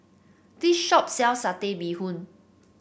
this shop sells Satay Bee Hoon